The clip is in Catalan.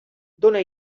dóna